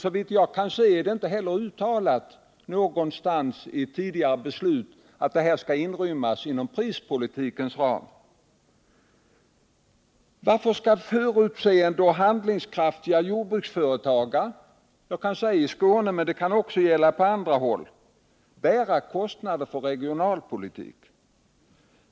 Såvitt jag kan se är inte heller någonstans i tidigare beslut uttalat att detta skall inrymmas inom prispolitikens ram. Varför skall förutseende och handlingskraftiga jordbrukare — jag kan säga i Skåne men det gäller också på andra håll — bära kostnaderna för regionalpolitiken?